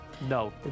No